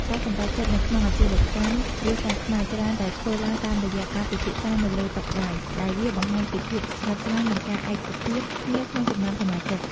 ការសម្រេចចិត្តនៅក្នុងអាជីវកម្មគ្រួសារខ្មែរ ច្រើនតែធ្វើឡើងតាមរយៈការពិភាក្សានៅលើតុបាយ ដែលវាបង្ហាញពីភាពស្និទ្ធស្នាល និងការឯកភាពគ្នាក្នុងចំណោមសមាជិក។